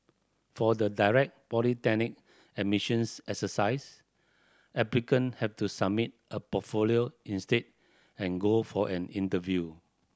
for the direct polytechnic admissions exercise applicant have to submit a portfolio instead and go for an interview